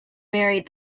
married